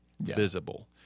visible